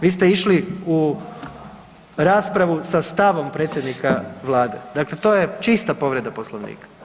Vi ste išli u raspravu sa stavom predsjednika vlade, dakle to je čista povreda Poslovnika.